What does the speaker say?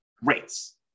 rates